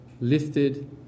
lifted